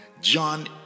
John